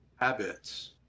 habits